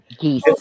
Geese